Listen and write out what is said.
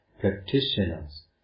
practitioners